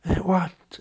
like what